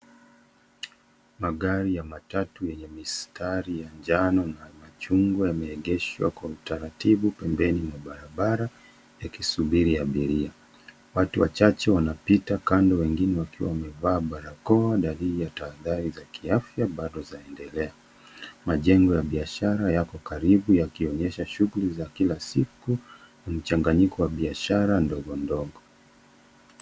Magari ya matatu yenye mistari ya njano na machungwa yameegeshwa kwa utaratibu pembeni mwa barabara wakisubiri abiria. Watu wachache wanapita kando wengine wakiwa wamevaa barakoa dalili ya tahadhari za kiafya bado zaendelea. Majengo ya biashara yako karibu yakionyesha shughuli za kila siku, mchanganyiko wa biashara ndogo ndogo.